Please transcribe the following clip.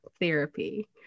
therapy